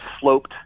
sloped